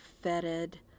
fetid